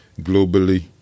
globally